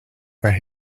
where